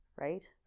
right